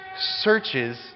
searches